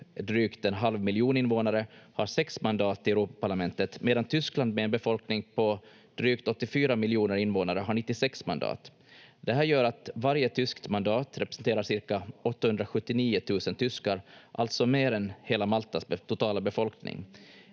drygt en halv miljon invånare, har sex mandat i Europaparlamentet medan Tyskland med en befolkning på drygt 84 miljoner invånare har 96 mandat. Det här gör att varje tyskt mandat representerar cirka 879 000 tyskar, alltså mer än hela Maltas totala befolkning.